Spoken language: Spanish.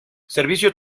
servicio